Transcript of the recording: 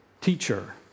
teacher